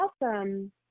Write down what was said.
Awesome